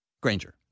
Granger